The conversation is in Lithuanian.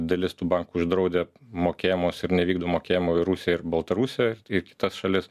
dalis tų bankų uždraudė mokėjimus ir nevykdo mokėjimų į rusiją ir baltarusiją ir kitas šalis